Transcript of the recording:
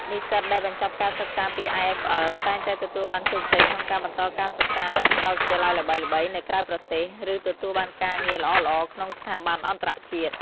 និស្សិតដែលបញ្ចប់ការសិក្សាពី IFL តែងតែទទួលបានជោគជ័យក្នុងការបន្តការសិក្សានៅសាកលវិទ្យាល័យល្បីៗនៅក្រៅប្រទេស ឬទទួលបានការងារល្អៗក្នុងស្ថាប័នអន្តរជាតិ។